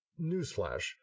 Newsflash